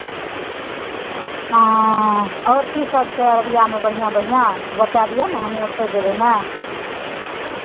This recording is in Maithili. हँ आओर कीसभ छै अररियामे बढ़िआँ बढ़िआँ बताय दिअ ने हमहूँ ओतहि जयबै ने